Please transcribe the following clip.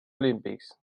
olímpics